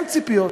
אין ציפיות,